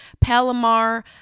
Palomar